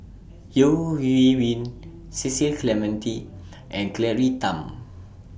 Yeo Hwee Bin Cecil Clementi and Claire Tham